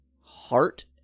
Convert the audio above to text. heart